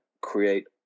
create